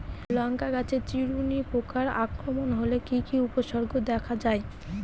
লঙ্কা reserve চিরুনি পোকার আক্রমণ হলে কি কি উপসর্গ দেখা যায়?